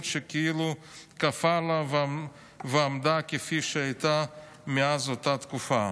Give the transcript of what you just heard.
שכאילו קפאה לה ועמדה כפי שהייתה מאז אותה תקופה".